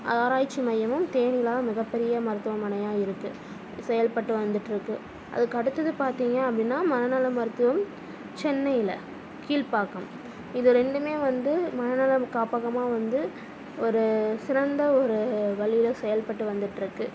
ஆராய்ச்சி மையமும் தேனியில் தான் மிகப்பெரிய மருத்துவமனையாக இருக்குது செயல்பட்டு வந்துட்டுருக்கு அதுக்கடுத்தது பார்த்திங்க அப்படின்னா மனநல மருத்துவம் சென்னையில் கீழ்பாக்கம் இது ரெண்டும் வந்து மனநலம் காப்பகமாக வந்து ஒரு சிறந்த ஒரு வழியில் செயல்பட்டு வந்துட்டுருக்கு